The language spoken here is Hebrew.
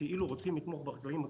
שכאילו רוצים לתמוך בחקלאים הצעירים,